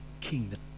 kingdom